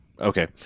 Okay